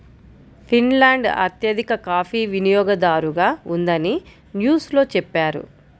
Finland అత్యధిక coffee వినియోగదారుగా ఉందని న్యూస్ లో చెప్పారు